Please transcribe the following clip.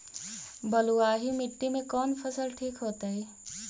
बलुआही मिट्टी में कौन फसल ठिक होतइ?